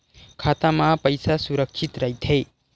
खाता मा पईसा सुरक्षित राइथे?